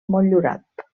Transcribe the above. motllurat